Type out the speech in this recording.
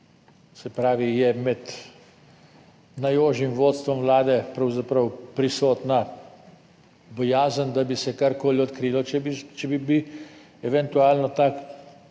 se pravi, je med najožjim vodstvom vlade pravzaprav prisotna bojazen, da bi se karkoli odkrilo, če bi eventualno na